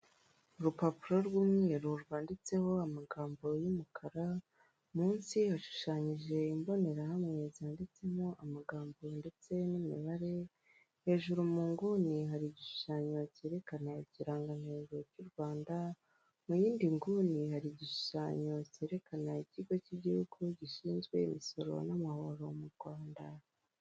Urupapuro rw'umweru rwanditseho amagambo y'umukara, munsi hashushanyije imbonerahamwe zanditsemo amagambo ndetse n'imibare, hejuru mu nguni hari igishushanyo cyerekana ikirangantego cy'u Rwanda, mu yindi nguni hari igishushanyo cyerekana ikigo cy'igihugu gishinzwe imisoro n'amahoro mu Rwanda.